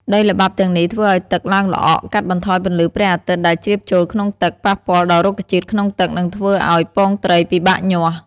ដីល្បាប់ទាំងនេះធ្វើឱ្យទឹកឡើងល្អក់ កាត់បន្ថយពន្លឺព្រះអាទិត្យដែលជ្រាបចូលក្នុងទឹក ប៉ះពាល់ដល់រុក្ខជាតិក្នុងទឹក និងធ្វើឱ្យពងត្រីពិបាកញាស់។